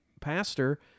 pastor